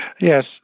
Yes